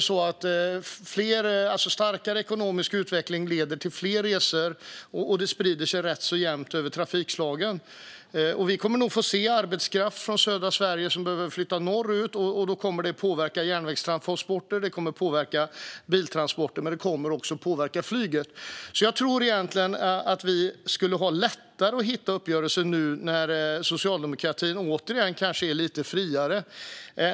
Starkare ekonomisk utveckling leder tvärtom till fler resor, och det sprider sig ganska jämnt över trafikslagen. Vi kommer nog att få se att arbetskraft från södra Sverige behöver flytta norrut. Det kommer att påverka järnvägstransporter och biltransporter, men det kommer också att påverka flyget. Jag tror alltså att vi skulle kunna ha lättare att hitta uppgörelser nu när socialdemokratin kanske återigen är lite friare.